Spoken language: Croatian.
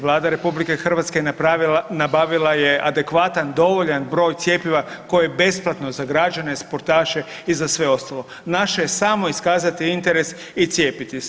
Vlada RH je nabavila je adekvatan dovoljan broj cjepiva koje je besplatno za građane, sportaše i za sve ostale, naše je samo iskazati interes i cijepiti se.